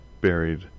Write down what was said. buried